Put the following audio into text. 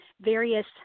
various